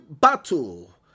battle